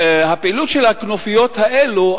הפעילות של הכנופיות האלו,